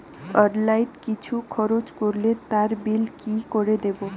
Online কিছু খরচ করলে তার বিল কি করে দেবো?